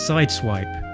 Sideswipe